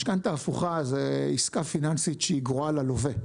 משכנתה הפוכה זה עסקה פיננסית שהיא גרועה ללווה.